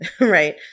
right